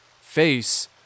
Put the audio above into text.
face